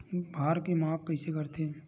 भार के माप कइसे करथे?